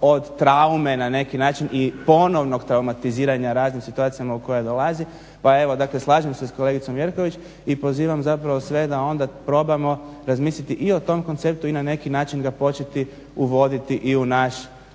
od traume na neki način i ponovnog traumatiziranja u raznim situacijama u koje dolazi, pa evo slažem se s kolegicom Jerković i pozivam zapravo sve da onda probamo razmisliti o tom konceptu i na neki način ga početi uvoditi i u naš